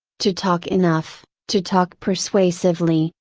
to talk enough, to talk persuasively,